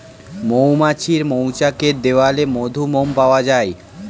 মৌমাছির মৌচাকের দেয়ালে মধু, মোম পাওয়া যায়